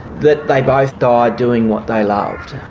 that they both died doing what they loved.